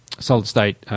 solid-state